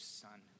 son